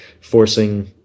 forcing